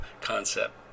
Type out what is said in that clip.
concept